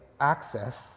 access